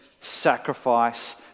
sacrifice